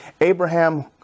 Abraham